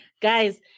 Guys